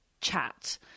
chat